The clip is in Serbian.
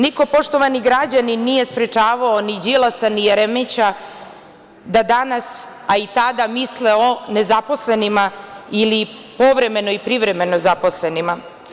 Niko, poštovani građani, nije sprečavao ni Đilasa, ni Jeremića da danas, a i tada, misle o nezaposlenima ili o povremeno ili privremeno zaposlenima.